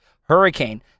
hurricane